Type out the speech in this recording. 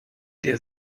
der